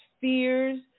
fears